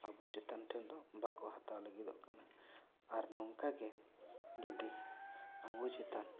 ᱟᱵᱚ ᱪᱮᱛᱟᱱ ᱴᱷᱮᱱ ᱫᱚ ᱵᱟᱝ ᱠᱚ ᱦᱟᱛᱟᱣ ᱞᱟᱹᱜᱤᱫᱚᱜ ᱠᱟᱱᱟ ᱟᱨ ᱱᱚᱝᱠᱟ ᱜᱮ ᱡᱩᱫᱤ ᱟᱵᱚ ᱪᱮᱛᱟᱱ